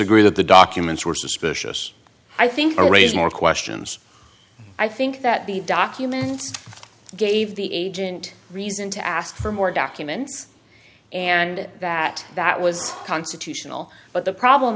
disagree that the documents were suspicious i think you raise more questions i think that the documents gave the agent reason to ask for more documents and that that was constitutional but the problem